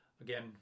Again